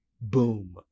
boom